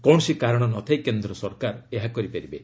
କୌଣସି କାରଣ ନ ଥାଇ କେନ୍ଦ୍ର ସରକାର ଏହା କରିପାରିବେ